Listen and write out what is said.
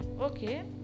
okay